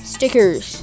Stickers